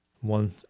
one